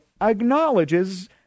acknowledges